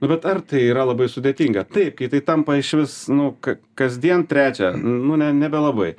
nu bet ar tai yra labai sudėtinga taip kai tai tampa išvis nu kasdien trečią nu ne nebelabai